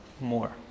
more